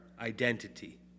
identity